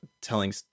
telling